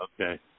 Okay